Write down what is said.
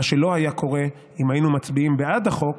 מה שלא היה קורה אם היינו מצביעים בעד החוק